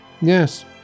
Yes